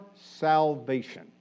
salvation